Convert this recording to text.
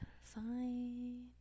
Fine